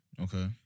Okay